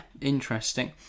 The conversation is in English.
interesting